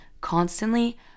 constantly